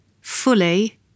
fully